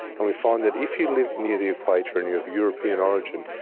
and we find that if you live near the equator and you are of european origin,